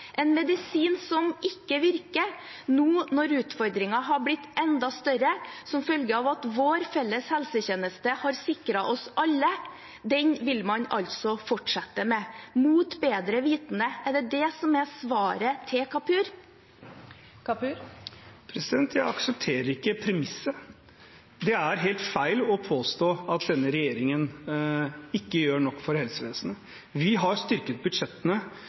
En medisin som ikke virker, nå når utfordringen er blitt enda større som følge av at vår felles helsetjeneste har sikret oss alle, vil man altså fortsette med mot bedre vitende. Er det det som er svaret fra Kapur? Jeg aksepterer ikke premisset. Det er helt feil å påstå at denne regjeringen ikke gjør nok for helsevesenet. Vi har styrket budsjettene